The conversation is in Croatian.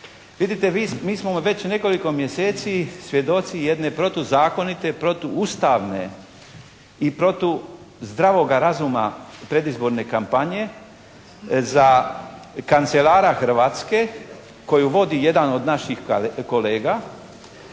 Vidite, mi smo već nekoliko mjeseci svjedoci jedne protuzakonite, protuustavne i protu zdravoga razuma predizborne kampanje za kancelara Hrvatske koju vodi jedan od naših kolega.